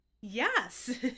Yes